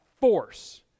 force